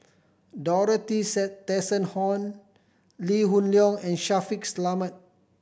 Tessensohn Lee Hoon Leong and Shaffiq Selamat